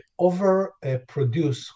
overproduce